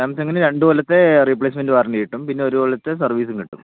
സാംസങ്ങിന് രണ്ടു കൊല്ലത്തെ replacement warranty കിട്ടും പിന്നൊരു കൊല്ലത്തെ സെർവീസും കിട്ടും